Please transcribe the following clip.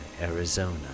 Arizona